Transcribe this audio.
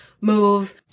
move